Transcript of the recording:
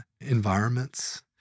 environments